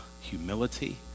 humility